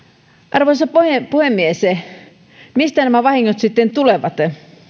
arvoisa puhemies mistä nämä vahingot sitten tulevat